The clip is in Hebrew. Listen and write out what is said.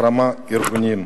החרמת ארגונים.